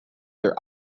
their